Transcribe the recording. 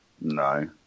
no